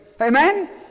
Amen